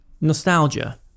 nostalgia